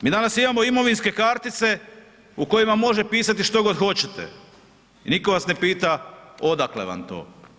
Mi danas imamo imovinske kartice u kojima može pisati što god hoćete i nitko vas ne pita odakle vam to.